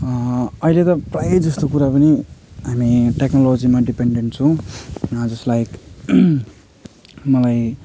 अहिले त प्रायःजस्तो कुरा पनि हामी टेक्नोलोजीमा डिपेन्डेन्ट छौँ जस्ट लाइक मलाई